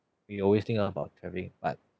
we always think about travelling but